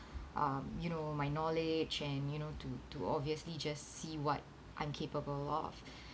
um you know my knowledge and you know to to obviously just see what I'm capable of